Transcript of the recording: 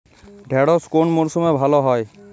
ঢেঁড়শ কোন মরশুমে ভালো হয়?